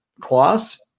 class –